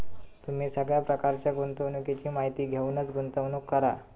तुम्ही सगळ्या प्रकारच्या गुंतवणुकीची माहिती घेऊनच गुंतवणूक करा